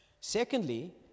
Secondly